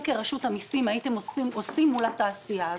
כרשות המסים הייתם עושים מול התעשייה הזאת.